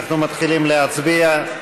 אנחנו מתחילים להצביע.